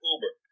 Uber